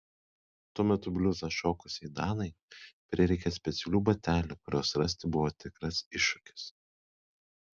tuo metu bliuzą šokusiai danai prireikė specialių batelių kuriuos rasti buvo tikras iššūkis